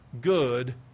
good